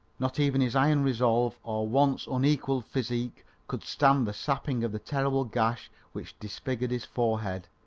not even his iron resolve or once unequalled physique could stand the sapping of the terrible gash which disfigured his forehead.